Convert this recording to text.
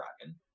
dragon